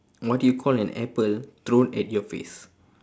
what do you call an apple thrown at your face